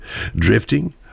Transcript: Drifting